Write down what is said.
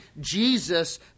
Jesus